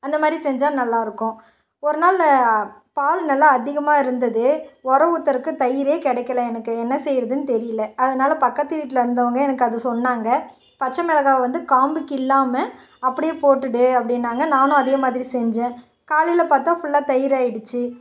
அந்தமாதிரி செஞ்சால் நல்லாயிருக்கும் ஒரு நாள் பால் நல்லா அதிகமாக இருந்தது ஒரை ஊத்தறதுக்கு தயிரே கிடைக்கல எனக்கு என்ன செய்கிறதுன்னு தெரியலை அதனால் பக்கத்து வீட்டில் இருந்தவங்க எனக்கு அது சொன்னாங்க பச்சை மிளகாவை வந்து காம்பு கிள்ளாமல் அப்படியே போட்டுவிடு அப்படின்னாங்க நானும் அதேமாதிரி செஞ்சேன் காலையில் பார்த்தா ஃபுல்லாக தயிராகிடுச்சி